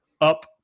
up